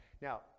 Now